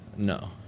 No